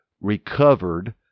recovered